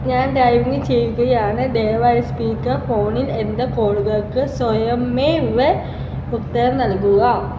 ഞാൻ ഡ്രൈവിങ് ചെയ്യുകയാണ് ദയവായി സ്പീക്കർ ഫോണിൽ എൻ്റെ കോളുകൾക്ക് സ്വയമേവ ഉത്തരം നൽകുക